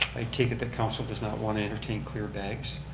i take it that council does not want to entertain clear bags.